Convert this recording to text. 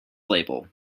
label